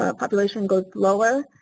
ah population goes lower.